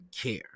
care